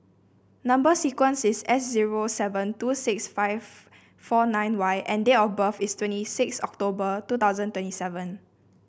number sequence is S zero seven two six five four nine Y and date of birth is twenty six October two thousand twenty seven